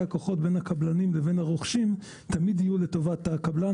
הכוחות בין הקבלנים לבין הרוכשים תמיד יהיו לטובת הקבלן,